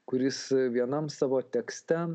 kuris vienam savo tekste